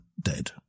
dead